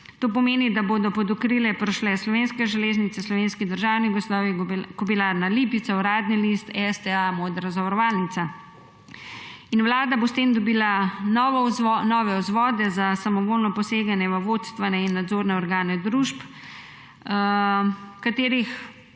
To pomeni, da bodo pod okrilje prišle Slovenske železnice, Slovenski državni gozdovi, Kobilarna Lipica, Uradni list, STA, Modra zavarovalnica. In Vlada bo s tem dobila nove vzvode za samovoljno poseganje v vodstvene in nadzorne organe družb, katerih